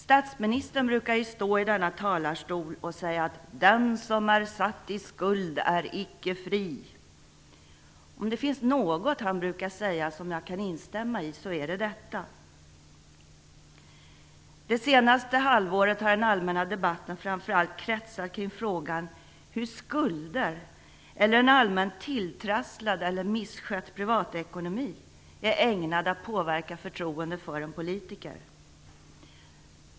Statsministern brukar stå i denna talarstol och säga att den som är satt i skuld är icke fri. Om det finns något han brukar säga som jag kan instämma i så är det detta. Det senaste halvåret har den allmänna debatten framför allt kretsat kring frågan hur skulder eller en allmänt tilltrasslad eller misskött privatekonomi är ägnad att påverka förtroendet för en politiker.